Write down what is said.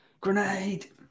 Grenade